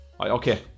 okay